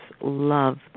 love